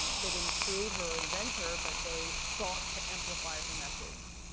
they didn't create her, invent her, but they sought to amplify her message.